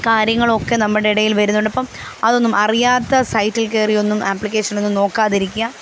കാര്യങ്ങളൊക്കെ നമ്മുടെ ഇടയിൽ വരുന്നുണ്ട് അപ്പം അതൊന്നും അറിയാത്ത സൈറ്റിൽ കയറിയൊന്നും ആപ്ലിക്കേഷനൊന്നും നോക്കാതിരിക്കുക